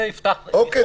אוקיי.